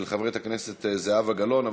של חברת הכנסת זהבה גלאון,